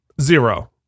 Zero